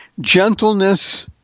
Gentleness